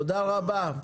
תודה רבה.